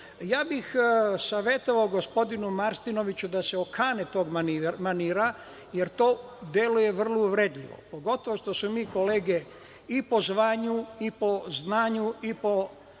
kažem. Savetovao bih gospodinu Martinoviću da se okane tog manira, jer to deluje vrlo uvredljivo, pogotovo što smo mi kolege i po zvanju i po znanju i po